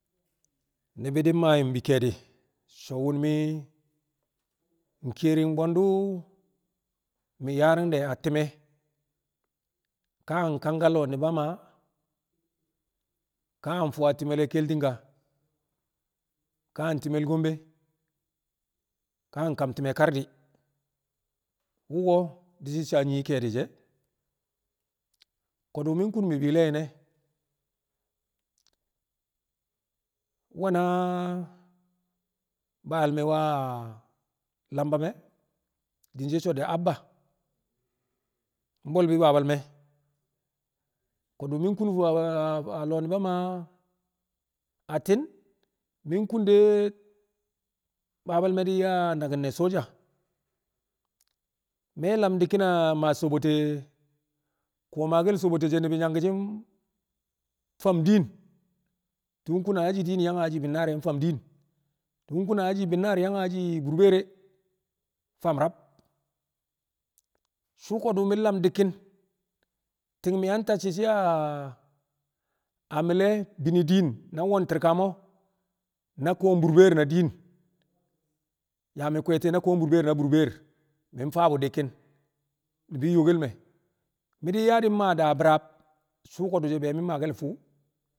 Ni̱bi̱ di̱ maa yu̱m bi ke̱e̱di̱ so̱ wo̱m mi̱ nkiyering bwe̱ndu̱ mi̱ yaari̱ng de̱ a ti̱me̱ ka a kangka lo̱o̱ nu̱ba Maa a ka fu a ti̱me̱l keltinga ka a timel Gombe ka a kam time kar di̱ wu̱ko̱ di̱ shi̱ saa nyii ke̱e̱di̱ she̱ ko̱du̱ mi̱ kun mi̱ bịi̱le nyine we̱na Baal me̱ wu̱ a Lamba e̱ din she̱ so̱ di̱ Abba mbwe̱l bi Baba me̱ ko̱du̱ mi̱ kun fu a- a lo̱o̱ nu̱ba Maa atti̱n mi̱ kun de̱ Babal me̱ di̱ yaa naki̱n ne̱ Soja me̱ lam dikkin a maa sobote ko̱ maake̱l sobote she̱ ni̱bi̱ nyanki̱ shi̱ fam din tu̱u̱ kuna aji din yang aji bɪnnaar fam din tu̱u̱ kun bi̱nnaar yang aji burbeere fam rab suu ko̱du̱ mi̱ lam dikkin ti̱ng yang tacçɪ a- a mi̱le̱ bini din na won tirkamo na koom burbeer na din yaa mi̱ kwe̱e̱ti̱ na koom burbeer na burbeer mi̱ faa bu̱ dikkin ni̱bi̱ nyokel me̱ mi̱ di̱ yaa di̱ maa daa bi̱raab suu ko̱du̱ she̱ be mi̱ maake̱l le̱ fuu.